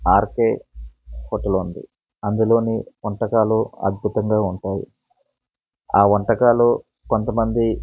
RK hotel ఉంది అందులోని వంటకాలు అద్భుతంగా ఉంటాయి ఆ వంటకాలు కొంత మంది